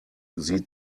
sie